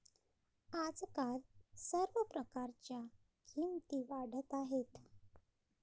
आजकाल सर्व प्रकारच्या किमती वाढत आहेत